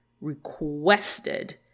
requested